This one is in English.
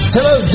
Hello